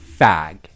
Fag